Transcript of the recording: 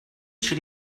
should